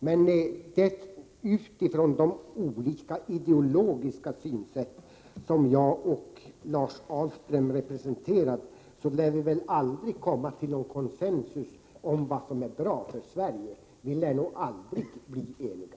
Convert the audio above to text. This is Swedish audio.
Men utifrån de olika ideologiska synsätt som jag och Lars Ahlström har lär vi väl aldrig komma till någon konsensus om vad som är bra för Sverige. Vi lär nog aldrig bli eniga.